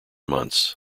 months